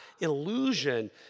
illusion